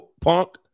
punk